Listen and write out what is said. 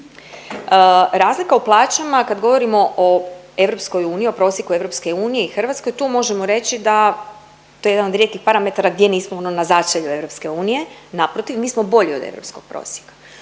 Razlika u plaćama kad govorimo o EU, o prosjeku EU i Hrvatskoj, tu možemo reći da, to je jedan od rijetkih parametara gdje nismo ono na začelju EU. Naprotiv mi smo bolji od europskog prosjeka.